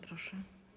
Proszę.